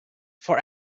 for